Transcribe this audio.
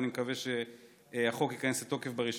ואני מקווה שהחוק ייכנס לתוקף ב-1